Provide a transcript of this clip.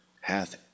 hath